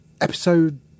episode